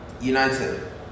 United